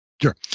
Sure